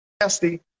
nasty